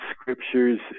scriptures